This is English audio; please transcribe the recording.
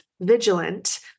vigilant